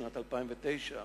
שנת 2009,